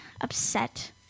upset